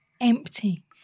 Empty